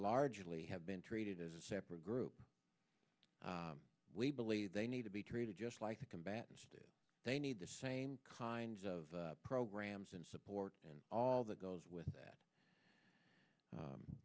largely have been treated as a separate group we believe they need to be treated just like a combatant they need the same kinds of programs and support and all that goes with that